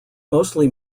mostly